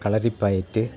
Kalaripayattu